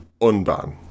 unban